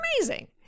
amazing